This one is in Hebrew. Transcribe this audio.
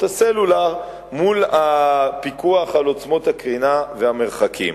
הסלולר מול הפיקוח על עוצמות הקרינה והמרחקים.